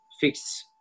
fix